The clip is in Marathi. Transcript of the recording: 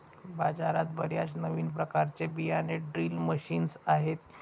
बाजारात बर्याच नवीन प्रकारचे बियाणे ड्रिल मशीन्स आहेत